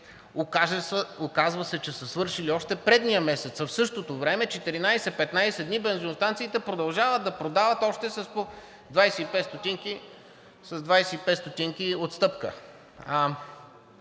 Оказва се, че са свършили още предишния месец, а в същото време 14 – 15 дни бензиностанциите продължават да продават още с по 25 стотинки отстъпка.